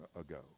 ago